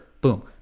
Boom